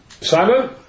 Simon